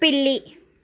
పిల్లి